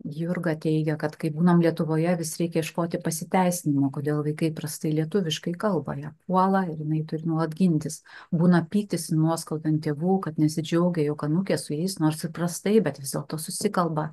jurga teigia kad kai būnam lietuvoje vis reikia ieškoti pasiteisinimo kodėl vaikai prastai lietuviškai kalba ją puola ir jinai turi nuolat gintis būna pyktis nuoskauda ant tėvų kad nesidžiaugia jog anūkės su jais nors ir prastai bet vis dėlto susikalba